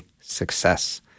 success